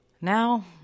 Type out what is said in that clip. Now